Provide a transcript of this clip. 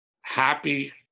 happy